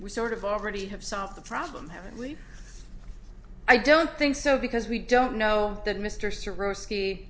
we sort of already have solved the problem haven't we i don't think so because we don't know that mr soros ski